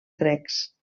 grecs